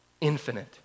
infinite